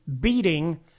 beating